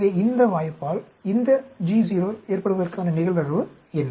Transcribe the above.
எனவே இந்த வாய்ப்பால் இந்த GO ஏற்படுவதற்கான நிகழ்தகவு என்ன